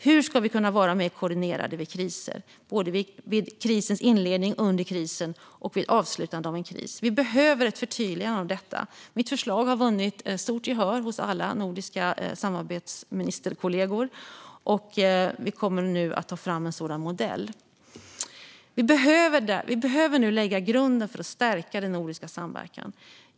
Hur ska vi kunna vara mer koordinerade vid kriser, både vid krisens inledning, under krisen och vid avslutande av en kris? Vi behöver ett förtydligande av detta. Mitt förslag har vunnit stort gehör hos alla nordiska samarbetsministerkollegor, och vi kommer nu att ta fram en sådan modell. Vi behöver nu lägga grunden för att stärka den nordiska samverkan.